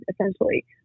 essentially